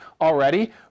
already